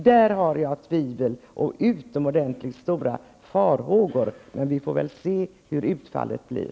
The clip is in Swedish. Därom hyser jag tvivel och utomordentligt stora farhågor, men vi får väl se hur utfallet blir.